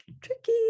tricky